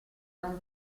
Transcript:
non